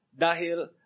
dahil